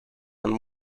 and